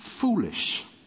foolish